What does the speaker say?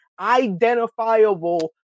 identifiable